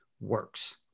works